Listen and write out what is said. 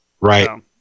Right